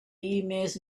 emails